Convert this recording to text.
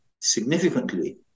significantly